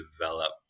develop